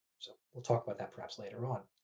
so we'll talk about that perhaps later on.